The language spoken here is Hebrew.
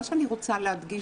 אני רוצה להדגיש,